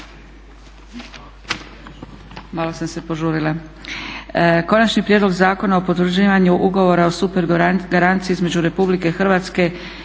Prelazimo na: - Konačni prijedlog Zakona o potvrđivanju ugovora o supergaranciji između Republike Hrvatske